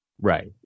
Right